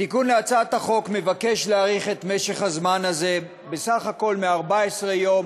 התיקון להצעת החוק מבקש להאריך את משך הזמן הזה בסך הכול מ-14 יום